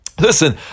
Listen